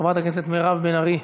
חברת הכנסת מירב בן ארי?